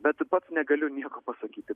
bet pats negaliu nieko pasakyti